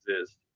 exist